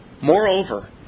Moreover